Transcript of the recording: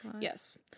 yes